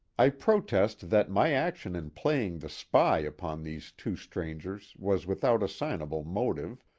i protest that my action in playing the spy upon these two strangers was without assignable motive.